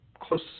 close